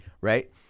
right